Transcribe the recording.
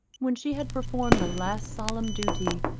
when she had performed the last solemn duty,